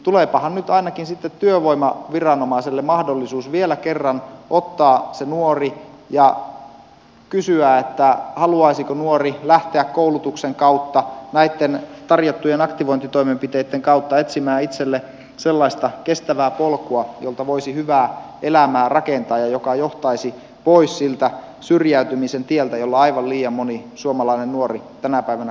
tuleepahan nyt ainakin sitten työvoimaviranomaiselle mahdollisuus vielä kerran ottaa se nuori ja kysyä haluaisiko nuori lähteä koulutuksen kautta näitten tarjottujen aktivointitoimenpiteitten kautta etsimään itselleen sellaista kestävää polkua jolta voisi hyvää elämää rakentaa ja joka johtaisi pois siltä syrjäytymisen tieltä jolla aivan liian moni suomalainen nuori tänä päivänä kulkee